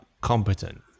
competent